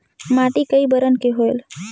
माटी कई बरन के होयल?